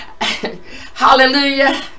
Hallelujah